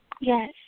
Yes